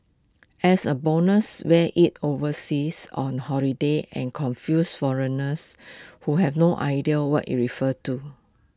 as A bonus wear IT overseas on holiday and confuse foreigners who have no idea what IT refers to